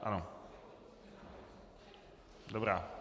Ano, dobrá.